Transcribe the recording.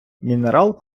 мінерал